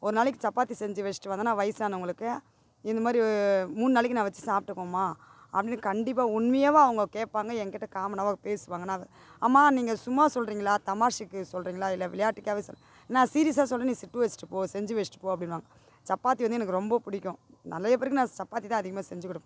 ஒரு நாளைக்கு சப்பாத்தி செஞ்சு வச்சிட்டு வந்தேன்னால் வயசானவங்களுக்கு இந்த மாதிரி மூணு நாளைக்கு நான் வச்சு சாப்பிட்க்குவேம்மா அப்படின்னு கண்டிப்பாக உண்மையாகவே அவங்க கேட்பாங்க எங்கிட்ட காமனாகவே பேசுவாங்க நான் அம்மா நீங்கள் சும்மா சொல்கிறீங்களா தமாஸுக்கு சொல்கிறீங்களா இல்லை விளையாட்டுக்காவே சொல் நான் சீரியஸாக சொல்கிறேன் நீ சுட்டு வச்சிட்டுப்போ செஞ்சு வச்சிட்டுப்போ அப்படின்னுவாங்க சப்பாத்தி வந்து எனக்கு ரொம்ப பிடிக்கும் நிறைய பேருக்கு நான் சப்பாத்திதான் அதிகமாக செஞ்சிக்கொடுப்பேன்